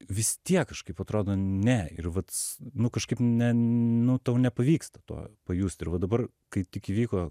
vis tiek kažkaip atrodo ne ir vat nu kažkaip ne nu tau nepavyksta to pajust ir va dabar kai tik įvyko